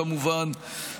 כמובן,